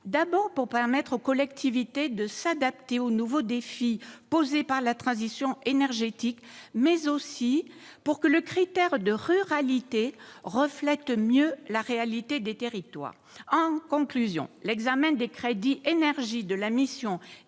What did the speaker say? pour permettre aux collectivités de s'adapter aux nouveaux défis posés par la transition énergétique, mais aussi pour que le critère de ruralité reflète mieux la réalité des territoires. L'examen des crédits relatifs à l'énergie